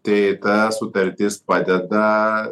tai ta sutartis padeda